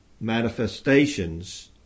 manifestations